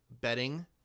betting